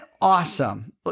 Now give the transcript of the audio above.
awesome